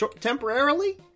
Temporarily